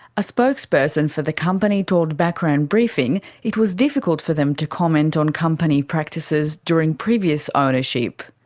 a spokesperson for the company told background briefing it was difficult for them to comment on company practices during previous ownership.